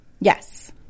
Yes